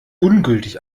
ungültig